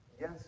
Yes